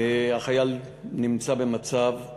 החייל נמצא במצב,